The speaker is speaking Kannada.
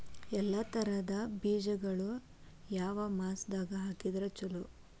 ಎಲ್ಲಾ ತರದ ಬೇಜಗೊಳು ಯಾವ ಮಾಸದಾಗ್ ಹಾಕಿದ್ರ ಛಲೋ?